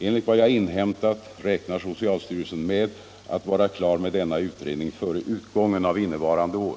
Enligt vad jag inhämtat räknar socialstyrelsen med att vara klar med denna utredning före utgången av innevarande år.